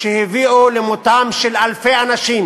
שהביאו למותם של אלפי אנשים,